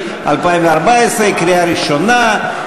קריאה ראשונה.